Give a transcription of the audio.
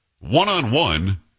one-on-one